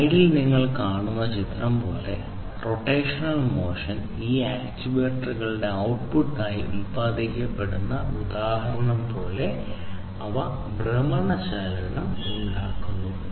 സ്ലൈഡിൽ നിങ്ങൾ കാണുന്ന ചിത്രം പോലെ റൊട്ടേഷണൽ മോഷൻ ഈ ആക്യുവേറ്ററുകളുടെ ഔട്ട്പുട്ടായി ഉത്പാദിപ്പിക്കപ്പെടുന്ന ഉദാഹരണം പോലെ അവ ഭ്രമണ ചലനം ഉണ്ടാക്കുന്നു